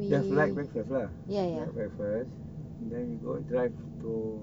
just light breakfast lah light breakfast and then we go drive to